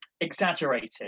exaggerated